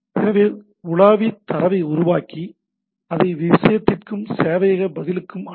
எனவே உலாவி தரவை உருவாக்கி அதை விஷயத்திற்கும் சேவையக பதிலுக்கும் அனுப்பும்